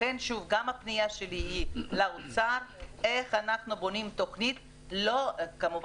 לכן גם הפנייה שלי היא לאוצר איך אנחנו בונים תוכנית כמובן,